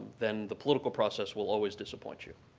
then the political process will always disappoint you.